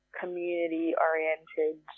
community-oriented